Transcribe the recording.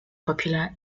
popular